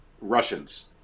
Russians